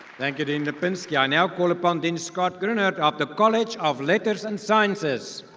thank you dean lipinski. i now call upon dean scott gronert of the college of letters and sciences.